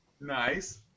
Nice